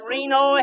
Reno